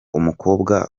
umukobwa